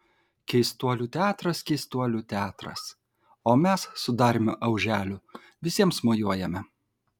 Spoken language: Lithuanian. keistuolių teatras keistuolių teatras o mes su dariumi auželiu visiems mojuojame